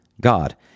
God